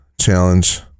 challenge